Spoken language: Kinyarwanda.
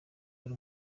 wari